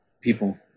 people